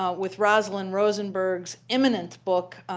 ah with rosalind rosenberg's eminent book,